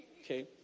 Okay